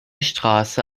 straße